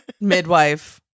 midwife